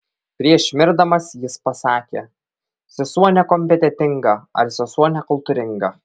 prieš mirdamas jis pasakė sesuo nekompetentinga ar sesuo nekultūringa